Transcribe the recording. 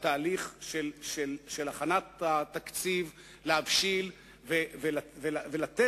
לתהליך של הכנת התקציב להבשיל ולתת